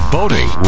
Boating